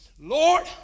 Lord